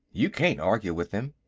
you can't argue with them.